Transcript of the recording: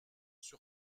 sur